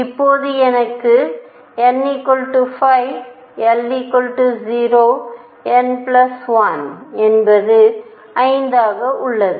இப்போது எனக்கு n 5 l 0 n l என்பது 5 ஆக உள்ளது